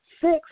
six